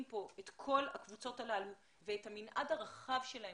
כאן את כל הקבוצות הללו ואת המנעד הרחב שלהן,